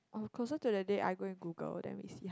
oh closer to the date I going Google then we see how